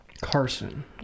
Carson